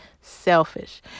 selfish